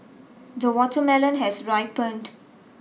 the watermelon has ripened